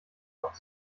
auf